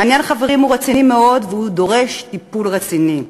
העניין, חברים, רציני מאוד ודורש טיפול רציני.